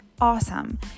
awesome